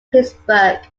pittsburgh